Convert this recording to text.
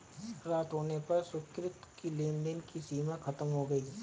रात होने पर सुकृति की लेन देन की सीमा खत्म हो गई